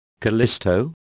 Callisto